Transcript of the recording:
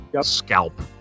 scalp